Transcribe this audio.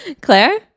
Claire